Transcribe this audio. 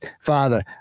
father